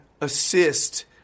assist